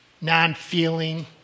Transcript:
Non-feeling